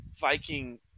Viking